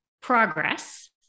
progress